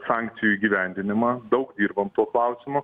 sankcijų įgyvendinimą daug dirbam tuo klausimu